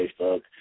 Facebook